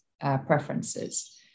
preferences